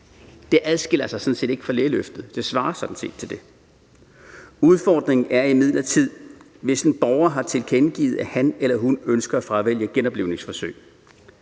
Det adskiller sig sådan set ikke fra lægeløftet, det svarer sådan set til det. Udfordringen er imidlertid, hvis en borger har tilkendegivet, at han eller hun ønsker at fravælge genoplivningsforsøg.